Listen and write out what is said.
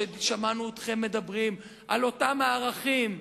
שמענו אתכם מדברים על אותם ערכים,